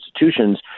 institutions